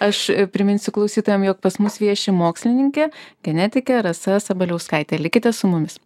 aš priminsiu klausytojam jog pas mus vieši mokslininkė genetikė rasa sabaliauskaitė likite su mumis